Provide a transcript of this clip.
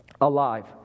alive